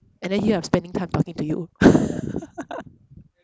and then here I'm spending time talking to you